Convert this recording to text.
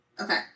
Okay